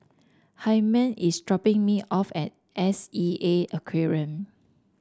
Hymen is dropping me off at S E A Aquarium